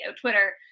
Twitter